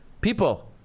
People